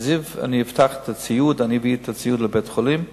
הבטחתי שאני אביא את הציוד לבית-החולים "זיו".